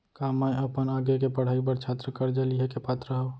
का मै अपन आगे के पढ़ाई बर छात्र कर्जा लिहे के पात्र हव?